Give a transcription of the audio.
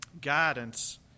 guidance